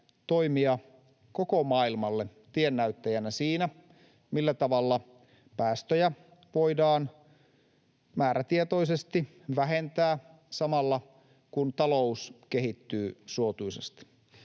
toimia koko maailmalle tiennäyttäjänä siinä, millä tavalla päästöjä voidaan määrätietoisesti vähentää samalla, kun talous kehittyy suotuisasti.